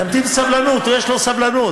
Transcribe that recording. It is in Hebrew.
שימתין בסבלנות, הוא, יש לו סבלנות.